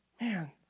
man